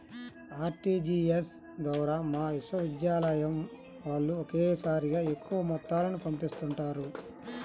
RTGS ద్వారా మా విశ్వవిద్యాలయం వాళ్ళు ఒకేసారిగా ఎక్కువ మొత్తాలను పంపిస్తుంటారు